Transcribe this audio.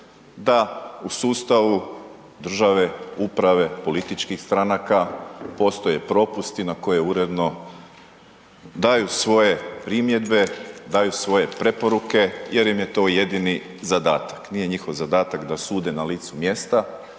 da u sustavu državne uprave, političkih stranaka, postoje propusti na koje uredno daju svoje primjedbe, daju svoje preporuke jer im je to jedini zadatak. Nije njihov zadatak da sude na licu mjesta,